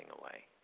away